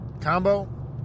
Combo